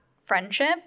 friendship